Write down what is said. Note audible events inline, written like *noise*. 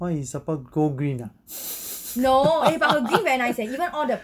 why he support go green ah *laughs*